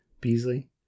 Beasley